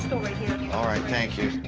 all right, thank you.